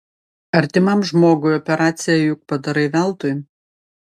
artimam žmogui operaciją juk padarai veltui